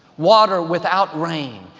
water without rain,